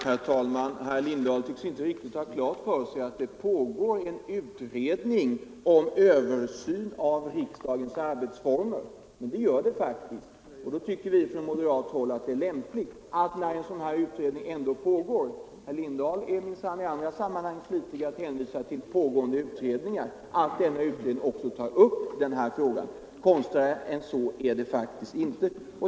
Herr talman! Herr Lindahl i Hamburgsund tycks inte riktigt ha klart för sig att det pågår en utredning om översyn av riksdagens arbetsformer. Det gör det faktiskt. När en sådan utredning ändå pågår tycker vi på moderat håll att det är lämpligt — herr Lindahl är minsann i andra sammanhang flitig att hänvisa till pågående utredningar — att den också tar upp denna fråga. Konstigare än så är det inte.